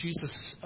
Jesus